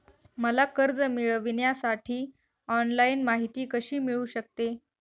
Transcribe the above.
मला कर्ज मिळविण्यासाठी ऑनलाइन माहिती कशी मिळू शकते?